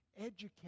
educate